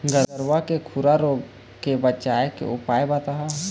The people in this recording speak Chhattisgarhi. गरवा के खुरा रोग के बचाए के उपाय बताहा?